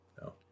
No